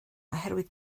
oherwydd